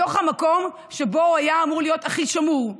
בתוך המקום שבו הוא היה אמור להיות הכי שמור.